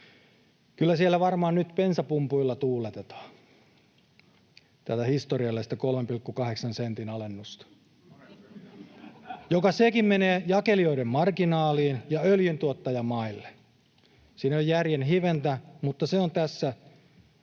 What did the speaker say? Kyllä siellä varmaan nyt bensapumpuilla tuuletetaan tätä historiallista 3,8 sentin alennusta, joka sekin menee jakelijoiden marginaaliin ja öljyntuottajamaille. Siinä ei ole järjen hiventä, mutta se on tässä